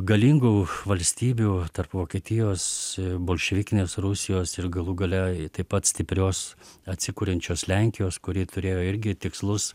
galingų valstybių tarp vokietijos bolševikinės rusijos ir galų gale i taip pat stiprios atsikuriančios lenkijos kuri turėjo irgi tikslus